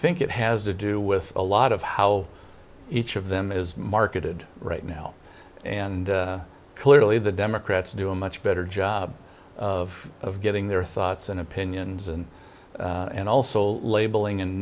think it has to do with a lot of how each of them is marketed right now and clearly the democrats do a much better job of getting their thoughts and opinions and and also labeling and